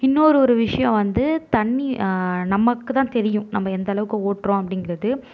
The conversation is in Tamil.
இன்னொரு ஒரு விஷயம் வந்து தண்ணி நமக்குதான் தெரியும் நம்ம எந்த அளவுக்கு ஓட்டுறோம் அப்படிங்கிறது